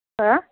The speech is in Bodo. हा